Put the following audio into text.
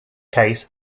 case